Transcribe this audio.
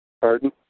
Pardon